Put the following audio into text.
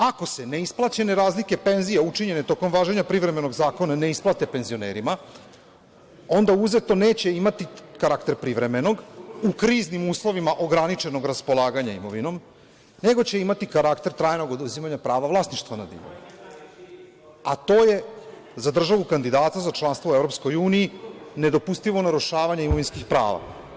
Ako se neisplaćene razlike penzije učinjene tokom važenja privremenog zakona ne isplate penzionerima, onda uzeto neće imati karakter privremenog, u kriznim uslovima ograničenog raspolaganja imovinom, nego će imati karakter trajnog oduzimanja prava vlasništva nad imovinom, a to je za državu kandidata za članstvo u EU nedopustivo narušavanje imovinskih prava.